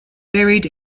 buried